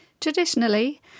Traditionally